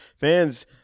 fans